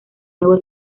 nuevo